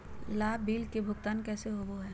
लाभ बिल के भुगतान कैसे होबो हैं?